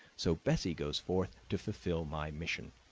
so bessie goes forth to fulfill my mission.